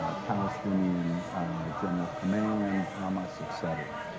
ah palestinian general command, hamas, et cetera.